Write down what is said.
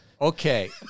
Okay